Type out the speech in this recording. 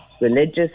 religious